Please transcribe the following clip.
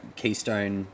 keystone